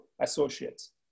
associates